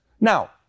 Now